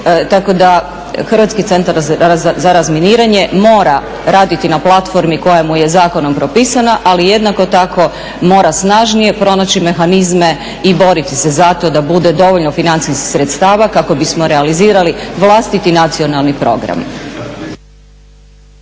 Tako da, Hrvatski centar za razminiranje mora raditi na platformi koja mu je zakonom propisana, ali jednako tako mora snažnije pronaći mehanizme i boriti se za to da bude dovoljno financijskih sredstava kako bismo realizirali vlastiti nacionalni program.